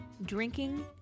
drinking